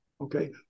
okay